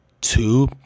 two